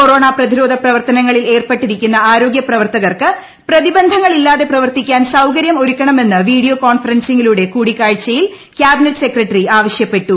corona പ്രതിരോധ പ്രവർത്തനങ്ങളിൽ ഏർപ്പെട്ടിരിക്കുന്ന ആരോഗ്യ പ്രവർത്തകർക്ക് പ്രതിബന്ധങ്ങൾ ഇല്ലാതെ പ്രവർത്തിക്കാൻ സൌകരൃം ഒരുക്കണമെന്ന് വീഡിയോ കോൺഫറൻ സിംഗിലൂടെ കൂടിക്കാഴ്ചയിൽ ക്യാബിനറ്റ് സെക്രട്ടറി ആവശ്യപ്പെട്ടു